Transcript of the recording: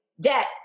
Debt